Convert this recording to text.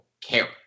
care